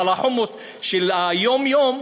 אבל החומוס של היום-יום,